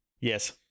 Yes